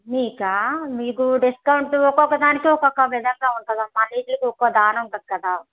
మీకా మీకు డిస్కౌంట్ ఒక్కొక్క దానికి ఒక్కొక్క విధంగా ఉంటుంది అమ్మా ఒక్కొక్క ధర ఉంటుంది కదా